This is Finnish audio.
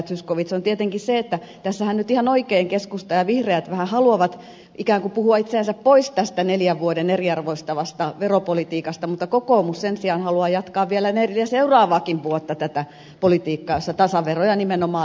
zyskowicz on tietenkin se että tässähän nyt ihan oikein keskusta ja vihreät vähän haluavat ikään kuin puhua itseänsä pois tästä neljän vuoden eriarvoistavasta veropolitiikasta mutta kokoomus sen sijaan haluaa jatkaa vielä neljä seuraavaakin vuotta tätä politiikkaa jossa tasaveroja nimenomaan lisätään